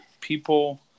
people